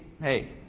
hey